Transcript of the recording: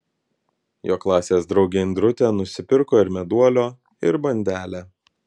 jo klasės draugė indrutė nusipirko ir meduolio ir bandelę